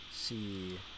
see